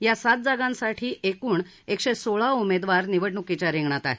या सात जागांसाठी एकूण एकशे सोळा उमेदवार निवडणुकीच्या रिंगणात आहेत